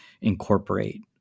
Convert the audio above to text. incorporate